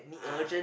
ah